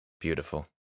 Beautiful